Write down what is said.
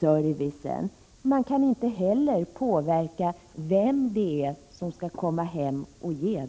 servicen. Man kan inte heller påverka vem det är som skall komma hem och ge